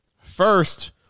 First